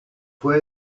fue